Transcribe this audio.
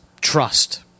trust